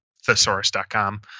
thesaurus.com